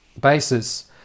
basis